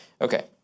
Okay